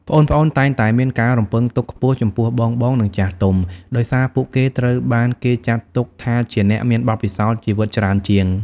ប្អូនៗតែងតែមានការរំពឹងទុកខ្ពស់ចំពោះបងៗ និងចាស់ទុំ ដោយសារពួកគេត្រូវបានគេចាត់ទុកថាជាអ្នកមានបទពិសោធន៍ជីវិតច្រើនជាង។